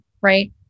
right